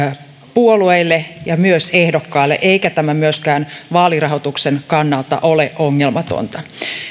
puolueille ja myös ehdokkaille eikä tämä myöskään vaalirahoituksen kannalta ole ongelmatonta